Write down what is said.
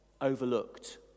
overlooked